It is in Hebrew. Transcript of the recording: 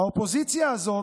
האופוזיציה הזו